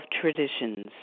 traditions